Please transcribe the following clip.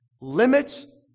Limits